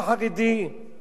מהמגזר הכללי,